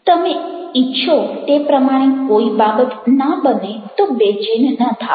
તમે ઇચ્છો તે પ્રમાણે કોઇ બાબત ના બને તો બેચેન ન થાઓ